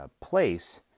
place